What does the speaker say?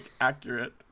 Accurate